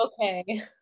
okay